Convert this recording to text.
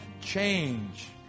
change